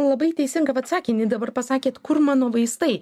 labai teisingą vat sakinį dabar pasakėt kur mano vaistai